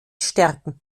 stärken